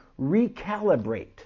recalibrate